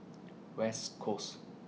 West Coast